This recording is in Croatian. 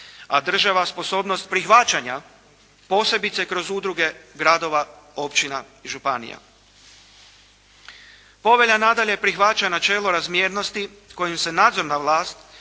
a država sposobnost prihvaćanja, posebice kroz udruge gradova, općina, županija. Povelja, nadalje, prihvaća načelo razmjernosti kojim se nadzorna vlast